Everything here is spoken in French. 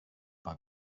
pas